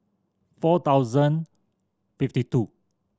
four thousand fifty two